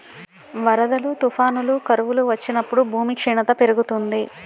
వరదలు, తుఫానులు, కరువులు వచ్చినప్పుడు భూమి క్షీణత పెరుగుతుంది